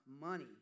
money